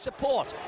Support